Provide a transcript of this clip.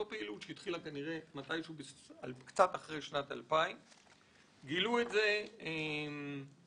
זו פעילות שהתחילה קצת אחרי שנת 2000. הפיקוח